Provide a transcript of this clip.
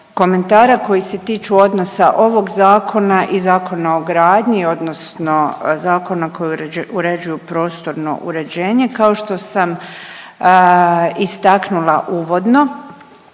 komentara koji se tiču odnosa ovog zakona i Zakona o gradnji odnosno zakona koji uređuju prostorno uređenje. Kao što sam istaknula uvodno,